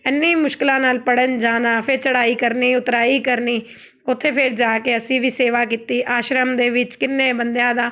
ਇੰਨੀ ਮੁਸ਼ਕਲਾਂ ਨਾਲ ਪੜ੍ਹਨ ਜਾਣਾ ਫਿਰ ਚੜਾਈ ਕਰਨੀ ਉਤਰਾਈ ਕਰਨੀ ਉੱਥੇ ਫਿਰ ਜਾ ਕੇ ਅਸੀਂ ਵੀ ਸੇਵਾ ਕੀਤੀ ਆਸ਼ਰਮ ਦੇ ਵਿੱਚ ਕਿੰਨੇ ਬੰਦਿਆਂ ਦਾ